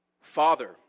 Father